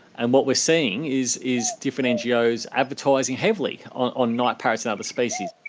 and what we're seeing is is different ngos advertising heavily on night parrots and other species.